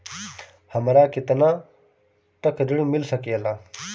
हमरा केतना तक ऋण मिल सके ला?